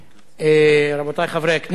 תודה רבה, רבותי חברי הכנסת,